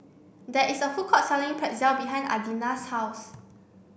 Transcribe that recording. there is a food court selling Pretzel behind Adina's house